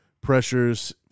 pressures